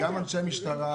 גם אנשי המשטרה,